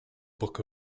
book